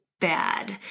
bad